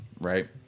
right